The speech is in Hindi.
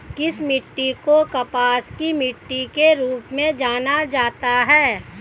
किस मिट्टी को कपास की मिट्टी के रूप में जाना जाता है?